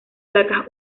placas